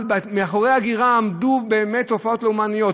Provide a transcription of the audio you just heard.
ומאחורי ההגירה עמדו באמת תופעות לאומניות,